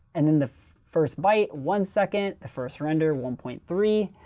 and then the first byte, one second, the first render one point three,